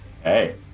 hey